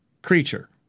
Creature